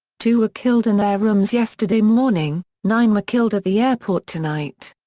two were killed in their rooms yesterday morning, nine were killed at the airport tonight.